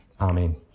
Amen